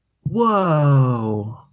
whoa